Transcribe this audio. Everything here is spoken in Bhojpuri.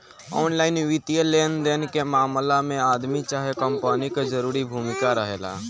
ऑनलाइन वित्तीय लेनदेन के मामला में आदमी चाहे कंपनी के जरूरी भूमिका रहेला